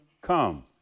come